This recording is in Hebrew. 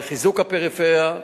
אבל חיזוק הפריפריה,